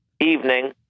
evening